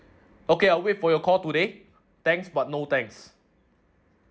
okay I'll wait for your call today thanks but no thanks